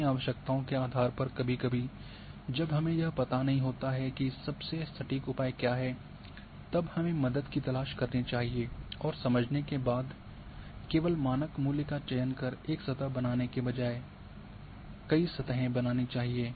अपनी आवश्यकताओं के आधार पर कभी कभी जब हमें यह पता नहीं होता है कि सबसे सटीक उपाय क्या है तब हमें मदद की तलाश करनी चाहिए और समझने के बाद केवल मानक मूल्य का चयन कर एक सतह बनाने के बजाय सतह बनानी चाहिए